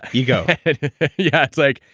ego yeah, it's like,